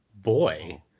Boy